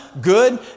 good